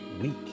week